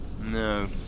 No